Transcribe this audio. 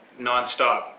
nonstop